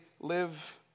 live